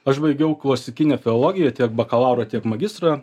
aš baigiau klasikinę filologiją tiek bakalaurą tiek magistrą